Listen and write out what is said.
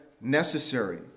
necessary